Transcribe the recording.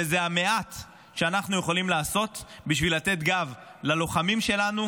וזה המעט שאנחנו יכולים לעשות בשביל לתת גב ללוחמים שלנו,